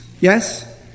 Yes